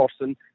person